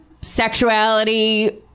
sexuality